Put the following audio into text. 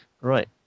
Right